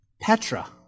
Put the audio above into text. Petra